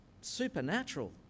supernatural